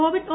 Covid O